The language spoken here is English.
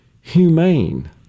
humane